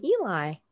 Eli